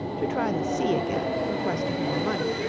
to try the sea again in quest of more money,